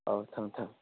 ꯑꯧ ꯊꯝꯃꯦ ꯊꯝꯃꯦ